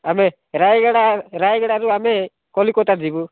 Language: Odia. ଆମେ ରାୟଗଡ଼ା ରାୟଗଡ଼ାରୁ ଆମେ କଲିକତା ଯିବୁ